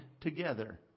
together